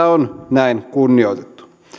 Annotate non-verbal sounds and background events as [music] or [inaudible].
[unintelligible] on näin kunnioitettu